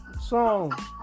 song